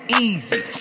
easy